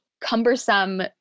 cumbersome